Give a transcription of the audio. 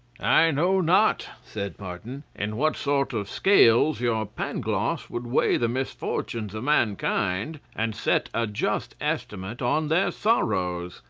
i know not, said martin, in what sort of scales your pangloss would weigh the misfortunes of mankind and set a just estimate on their sorrows.